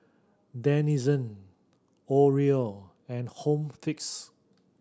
Denizen Oreo and Home Fix